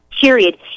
Period